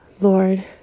Lord